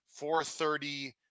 4.30